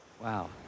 wow